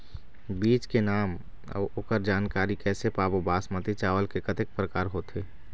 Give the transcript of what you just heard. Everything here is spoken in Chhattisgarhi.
बीज के नाम अऊ ओकर जानकारी कैसे पाबो बासमती चावल के कतेक प्रकार होथे?